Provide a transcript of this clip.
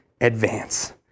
advance